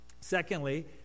secondly